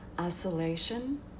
Isolation